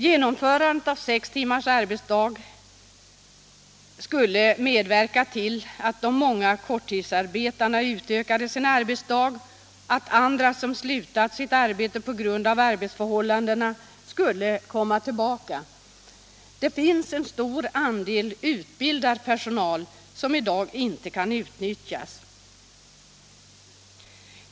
Genomförandet av sex timmars arbetsdag skulle medverka till att de många korttidsarbetande utökade sin arbetsdag, att andra som slutat sitt arbete på grund av arbetsförhållandena skulle komma tillbaka. Det finns en stor andel utbildad personal som i dag inte kan — Nr 133 utnyttjas.